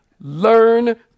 Learn